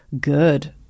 good